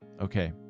Okay